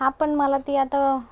हां पण मला ती आता